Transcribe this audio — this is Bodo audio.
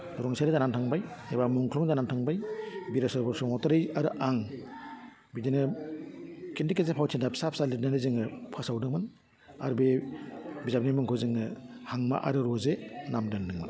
रुंसारि जानानै थांबाय एबा मुंख्लं जानानै थांबाय बिरेसर बसुमतारी आरो आं बिदिनो खिन्थिगासे फावथिना फिसा फिसा लिरनानै जोङो फोसावदोंमोन आर बे बिजाबनि मुंखौ जोङो हांमा आरो रजे नाम दोन्दोंमोन